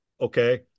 okay